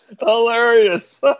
Hilarious